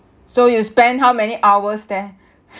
so you spend how many hours there